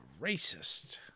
racist